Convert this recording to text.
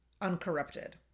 uncorrupted